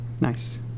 Nice